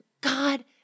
God